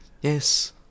Yes